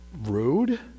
rude